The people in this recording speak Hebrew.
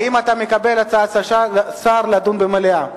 האם אתה מקבל את הצעת השר לדון במליאה?